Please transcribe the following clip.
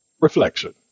Reflection